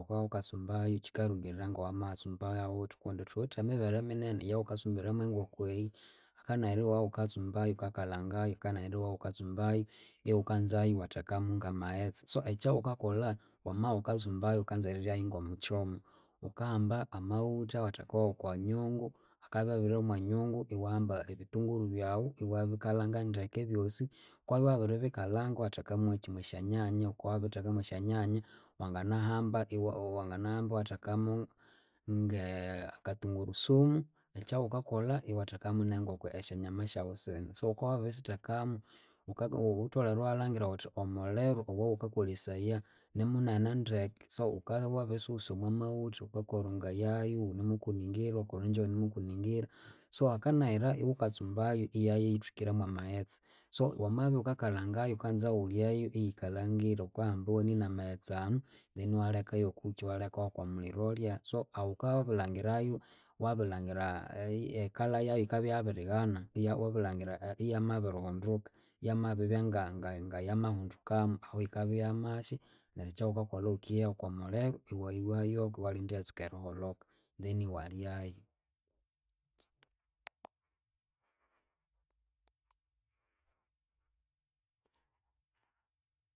Wuka wukatsumbayu kyikalhukirira ngawama yatsumba yawuthi kundi thuwithe emibere minene eyawukatsumbira mwenkoko eyi. Hakanayira iwawukatsumbayu wukakalangayu, hakanayira iwawukatsumbayu iwukanzayu iwathekamu ngamaghetse so ekyawukakolha wamawukatsumbayu wukanza eriryayu ngomukyomo, wukahamba amawutha iwathekawu okwanyungu akabya abirihya omwanyungu iwahamba ebithunguru byawu iwabikalhanga ndeke ebyosi. Wukabya babiribikalhanga iwatheka mwekyi mwesyanyanya. Wukabya wabithekamu esyanyanya wanginahamba wanginahamba iwathekamu nge akathungurusumu ekyawukakolha iwathekamu nenkoko esyanyama syawu sinu so wukawabisithekamu wutholere iwalhangira wuthi omulhiru owawukakolhesaya nimunene ndeke so wukabya wabisiwusa omwamawutha wukakorongayayu iwunemukuningira iwakorongya iwunemukuningira so hakinyira iwukatsumbayu iyayithwikira mwamaghetse so wamabya iwukakalhalhangayu wukanza wulyeyu eyikalhangire wukahamba iwanina amaghetse anu then iwalekayu okukyi iwalekayu okwamulhiro olya so awukabyabawabilhangirayu wabilhangira ekalha yayu yikabya yabirighana iwabirilhangira iyamabihunduka iyamabiribya ngayamahindukamu ahu yikabya yamahya neru ekyawukakolha wukiha yokwamulhiro iwihayoko iwalinda iyatsuka eriholhoka then iwalyayu.